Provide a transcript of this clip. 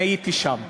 אני הייתי שם.